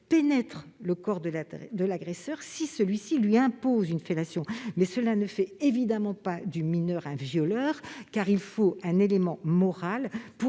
pénètre le corps de l'agresseur si celui-ci lui impose une fellation : cela ne fait évidemment pas du mineur un violeur, car il faut un élément moral